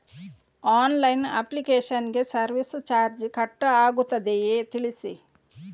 Online application ಗೆ service charge cut ಆಗುತ್ತದೆಯಾ ತಿಳಿಸಿ?